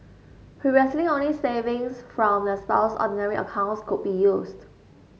previously only savings from their spouse's ordinary accounts could be used